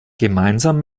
gemeinsam